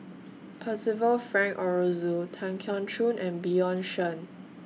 Percival Frank Aroozoo Tan Keong Choon and Bjorn Shen